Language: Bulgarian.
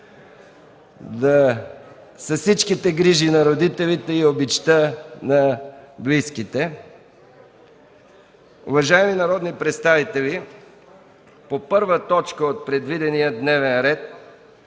с всичките грижи на родителите и обичта на близките. Уважаеми народни представители, по първа точка от предвидения дневен ред